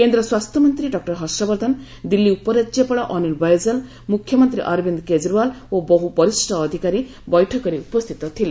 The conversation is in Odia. କେନ୍ଦ୍ର ସ୍ୱାସ୍ଥ୍ୟମନ୍ତ୍ରୀ ଡକ୍ର ହର୍ଷବଦ୍ଧନ୍ ଦିଲ୍ଲୀ ଉପରାଜ୍ୟପାଳ ଅନୀଲ୍ ବୈଜଳ୍ ମୁଖ୍ୟମନ୍ତ୍ରୀ ଅରବିନ୍ଦ କେଜରିଓ୍ବାଲ୍ ଓ ବହୁ ବରିଷ୍ଣ ଅଧିକାରୀ ବୈଠକରେ ଉପସ୍ଥିତ ଥିଲେ